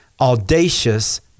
audacious